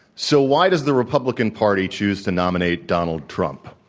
so, why does the republican party choose to nominate donald trump,